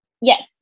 yes